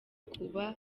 kuba